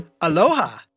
Aloha